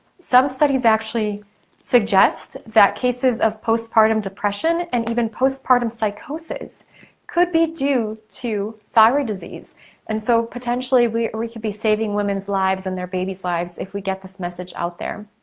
some studies actually suggest that cases of post-partum depression and even post-partum psychosis could be due to thyroid disease and so potentially we we could be saving women's lives and their babies' lives if we get this message out there.